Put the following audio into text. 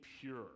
pure